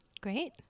Great